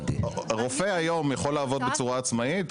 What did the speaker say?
רופא היום יכול לעבוד בצורה עצמאית,